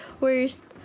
worst